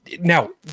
Now